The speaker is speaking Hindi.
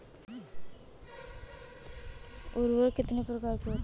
उर्वरक कितनी प्रकार के होते हैं?